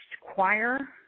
choir